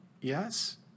Yes